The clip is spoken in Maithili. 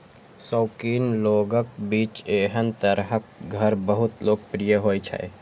शौकीन लोगक बीच एहन तरहक घर बहुत लोकप्रिय होइ छै